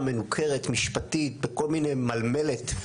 מנוכרת, משפטית, בכל מיני מלמלת,